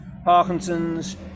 Parkinson's